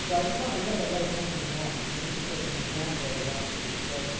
so i just wanted to look at what a company owns, and this is just an example of a balance sheet. so,